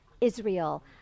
Israel